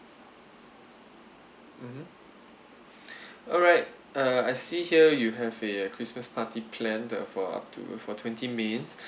mmhmm all right uh I see here you have a christmas party planned uh for up to for twenty mains